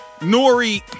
Nori